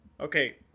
Okay